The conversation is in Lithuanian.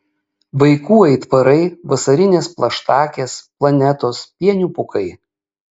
vaikų aitvarai vasarinės plaštakės planetos pienių pūkai